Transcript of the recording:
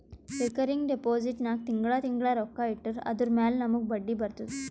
recurring deposit ನಾಗ್ ತಿಂಗಳಾ ತಿಂಗಳಾ ರೊಕ್ಕಾ ಇಟ್ಟರ್ ಅದುರ ಮ್ಯಾಲ ನಮೂಗ್ ಬಡ್ಡಿ ಬರ್ತುದ